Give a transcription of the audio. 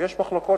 ויש מחלוקות,